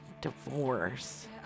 Divorce